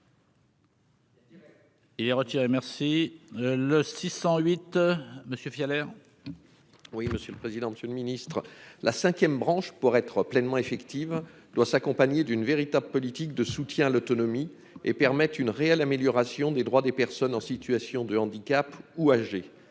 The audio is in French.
Il retiré merci le 608 monsieur Fiole R. Oui, monsieur le président, Monsieur le Ministre, la 5ème, branche pour être pleinement effective doit s'accompagner d'une véritable politique de soutien à l'autonomie et permettent une réelle amélioration des droits des personnes en situation de handicap ou âgées,